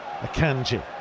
Akanji